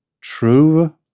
true